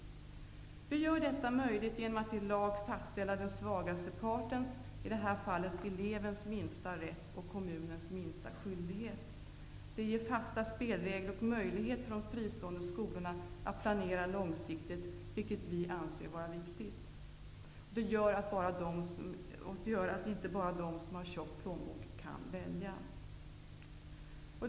Vi gör detta möjligt genom att i lag fastställa den svagaste partens, i det här fallet elevens, minsta rätt och kommunens minsta skyldighet. Det ger fasta spelregler och möjlighet för de fristående skolorna att planera långsiktigt, vilket vi anser vara viktigt. Det gör att inte bara de som har tjock plånbok kan välja.